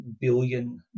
billion